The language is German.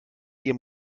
ihr